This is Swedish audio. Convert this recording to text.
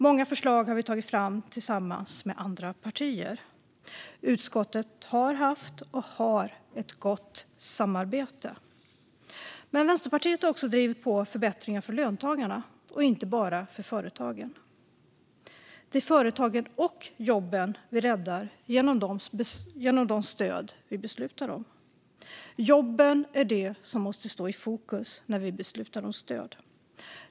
Många förslag har vi tagit fram tillsammans med andra partier. Utskottet har haft och har ett gott samarbete. Men Vänsterpartiet har också drivit på förbättringar för löntagarna och inte bara för företagen. Det är företagen och jobben vi räddar genom de stöd vi beslutar om. Jobben är det som måste stå i fokus när vi beslutar om stöd.